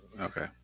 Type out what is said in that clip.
Okay